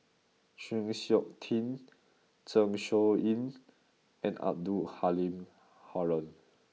Chng Seok Tin Zeng Shouyin and Abdul Halim Haron